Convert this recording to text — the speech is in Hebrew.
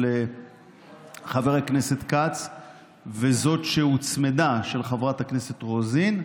של חבר הכנסת כץ וזאת שהוצמדה של חברת הכנסת רוזין,